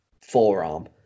forearm